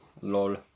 lol